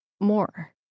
more